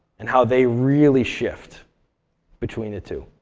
and how they really shift between the two.